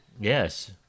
Yes